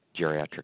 geriatric